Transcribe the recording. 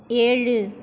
ஏழு